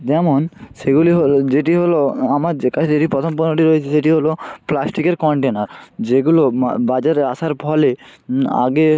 যেমন সেগুলি হলো যেটি হলো আমার যে কাছে যে প্রথম পণ্যটি রয়েছে সেটি হলো প্লাস্টিকের কনটেনার যেগুলো মা বাজারে আসার ফলে আগে